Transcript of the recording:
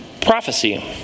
prophecy